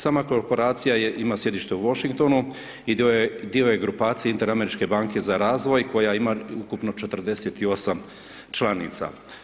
Sama Korporacija ima sjedište u Washingtonu i dio je grupacije Inter-Američke banke za razvoj koja ima ukupno 48 članica.